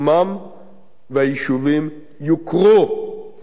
והיישובים יוכרו על-ידי הממשלה.